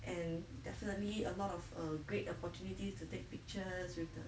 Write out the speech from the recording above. and definitely a lot of a great opportunities to take pictures with the